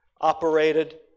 Operated